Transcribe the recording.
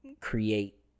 create